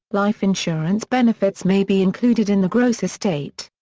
life insurance benefits may be included in the gross estate.